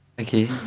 Okay